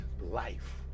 life